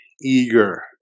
eager